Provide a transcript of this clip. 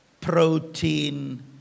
protein